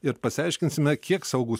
ir pasiaiškinsime kiek saugūs